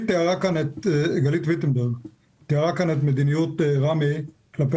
גלית ויטנברג תיארה כאן את מדיניות רמ"י כלפי